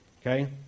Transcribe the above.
okay